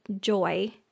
joy